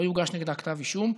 לא יוגש נגדה כתב אישום".